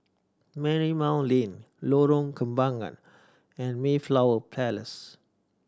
Marymount Lane Lorong Kembagan and Mayflower Place